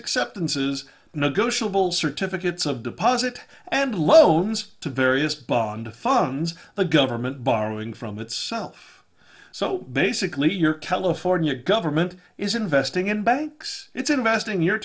acceptance is negotiable certificates of deposit and loans to various bond funds the government borrowing from itself so basically your california government is investing in banks it's investing your